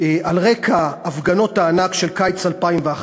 על רקע הפגנות הענק של קיץ 2011,